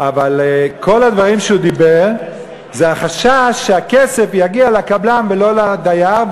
אבל כל הדברים שהוא דיבר זה החשש שהכסף יגיע לקבלן ולא לדייר.